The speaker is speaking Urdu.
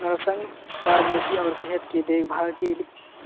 نرسنگ فارمیسی اور صحت کی دیکھ بھال کے